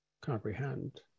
comprehend